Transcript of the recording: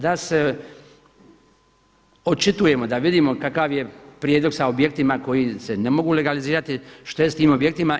Da se očitujemo, da vidimo kakav je prijedlog sa objektima koji se ne mogu legalizirati, što je s tim objektima.